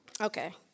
Okay